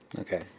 Okay